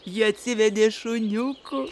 ji atsivedė šuniukų